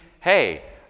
hey